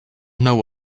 know